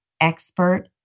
expert